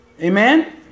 Amen